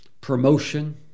promotion